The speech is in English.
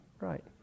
Right